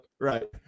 right